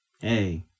hey